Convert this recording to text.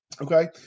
Okay